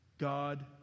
God